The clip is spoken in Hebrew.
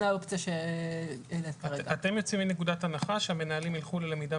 אתם יוצאים מנקודת הנחה שהמנהלים ילכו ללמידה